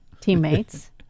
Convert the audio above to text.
teammates